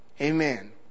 Amen